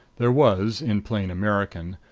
there was, in plain american,